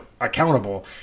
accountable